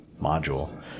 module